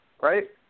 right